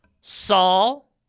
Saul